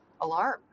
alarm